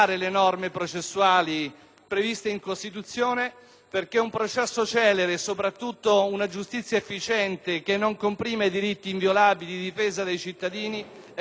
previste in Costituzione, perché un processo celere e soprattutto una giustizia efficiente che non comprime i diritti inviolabili di difesa dei cittadini è un'esigenza essenziale